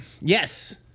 Yes